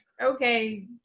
okay